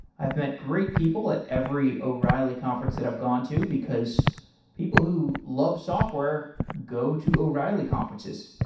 i've met great people at every o'reilly conference that i've gone to, because people who love software go to o'reilly conferences.